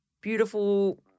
beautiful